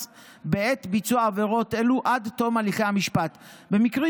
בעת ביצוע עבירות אלו עד תום הליכי המשפט במקרים